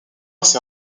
ces